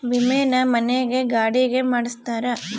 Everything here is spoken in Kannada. ವಿಮೆನ ಮನೆ ಗೆ ಗಾಡಿ ಗೆ ಮಾಡ್ಸ್ತಾರ